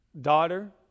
daughter